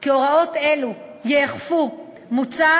כי הוראות אלו ייאכפו, מוצע